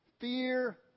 fear